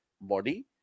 body